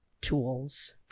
tools